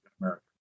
America